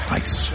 ice